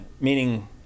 Meaning